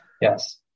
Yes